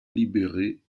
libéré